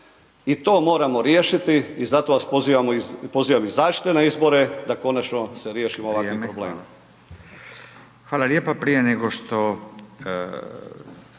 i to moramo riješiti i zato vas pozivam izađite na izbore da konačno se riješimo ovakvih problema.